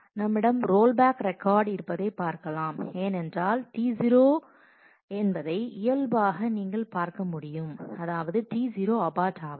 நம்மிடம் rollback record இருப்பதை பார்க்கலாம் ஏன் என்றால் T0 என்பதை இயல்பாக நீங்கள் பார்க்க முடியும் அதாவது T0 அபார்ட் ஆவதை